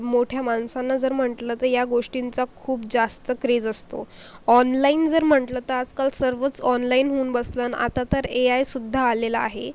मोठ्या माणसांना जर म्हटलं तर या गोष्टींचा खूप जास्त क्रेज असतो ऑनलाईन जर म्हटलं तर आजकाल सर्वच ऑनलाईन होऊन बसलं आणि आता तर एआयसुद्धा आलेलं आहे